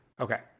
Okay